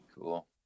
cool